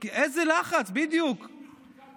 ואתמול הם